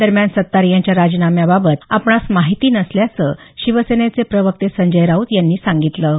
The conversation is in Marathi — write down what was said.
दरम्यान सत्तार यांच्या राजिनाम्याबाबत आपणास माहिती नसल्याचं शिवसेनेचे प्रवक्ते संजय राऊत यांनी म्हटलं आहे